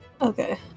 Okay